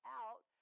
out